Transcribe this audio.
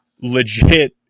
legit